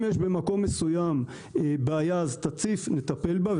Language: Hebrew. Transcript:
אם יש במקום מסוים בעיה, תציף אותה ונטפל בה.